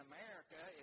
America